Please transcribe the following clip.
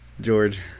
George